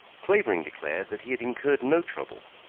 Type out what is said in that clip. clavering declared that he had incurred no trouble,